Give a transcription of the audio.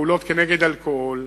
הפעולות כנגד אלכוהול,